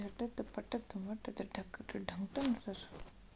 एक किलोग्राम मिरचा के ए सप्ता का भाव रहि?